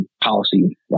policy